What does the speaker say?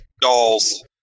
dolls